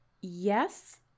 Yes